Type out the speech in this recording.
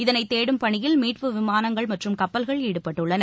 இதனை தேடும் பணியில் மீட்பு விமானங்கள் மற்றும் கப்பல்கள் ஈடுபட்டுள்ளன